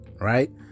right